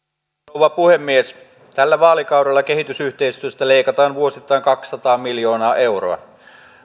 rouva puhemies tällä vaalikaudella kehitysyhteistyöstä leikataan vuosittain kaksisataa miljoonaa euroa